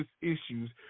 issues